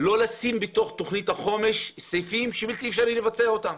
לא לשים בתוך תוכנית החומש סעיפים שבלתי אפשרי לבצע אותם.